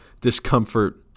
discomfort